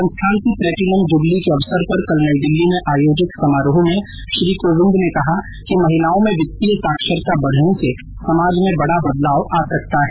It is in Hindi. संस्थान की प्लेटिनम जुबली के अवसर पर कल नई दिल्ली में आयोजित समारोह में श्री कोविंद ने कहा कि महिलाओं में वित्तीय साक्षरता बढ़ने से समाज में बड़ा बदलाव आ सकता है